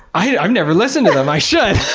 i've never listened to them, i should!